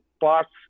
parts